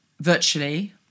virtually